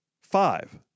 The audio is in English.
Five